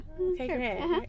Okay